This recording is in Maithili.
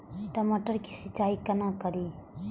टमाटर की सीचाई केना करी?